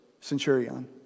centurion